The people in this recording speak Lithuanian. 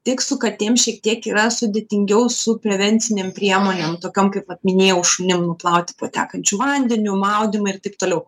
tik su katėm šiek tiek yra sudėtingiau su prevencinėm priemonėm tokiom kaip vat minėjau šunim nuplauti po tekančiu vandeniu maudymai ir taip toliau